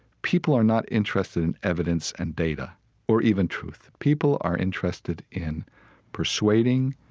people are not interested in evidence and data or even truth. people are interested in persuading,